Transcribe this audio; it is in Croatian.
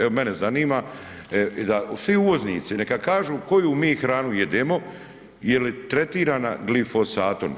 Evo, mene zanima da svi uvoznici neka kažu koju mi hranu jedemo, je li tretirana glifosatom?